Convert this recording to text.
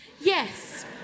yes